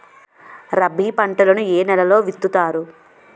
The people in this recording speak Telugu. రబీ పంటలను ఏ నెలలో విత్తుతారు?